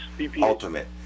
ultimate